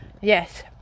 Yes